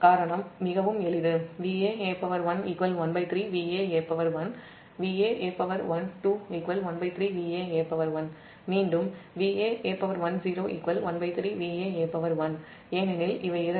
காரணம் மிகவும் எளிது Vaa11 13 Vaa1 Vaa12 13 Vaa1 மீண்டும் Vaa10 13 Vaa1 ஏனெனில் இவை இரண்டும் '0'